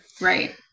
Right